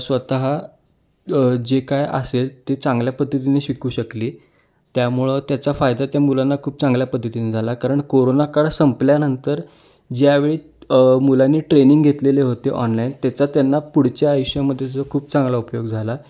स्वतः जे काय असेल ते चांगल्या पद्धतीने शिकू शकली त्यामुळं त्याचा फायदा त्या मुलांना खूप चांगल्या पद्धतीने झाला कारण कोरोना काळ संपल्यानंतर ज्यावेळी मुलांनी ट्रेनिंग घेतलेले होते ऑनलाईन त्याचा त्यांना पुढच्या आयुष्यामध्ये खूप चांगला उपयोग झाला